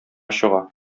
чыга